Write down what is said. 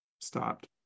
stopped